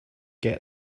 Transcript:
get